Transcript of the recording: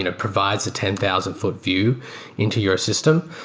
and provides the ten thousand foot view into your system.